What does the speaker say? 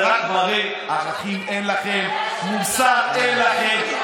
זה רק מראה שערכים אין לכם, מוסר אין לכם.